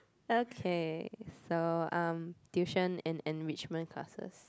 okay so um tuition and enrichment classes